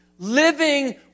living